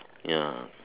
ya